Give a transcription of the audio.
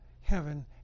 heaven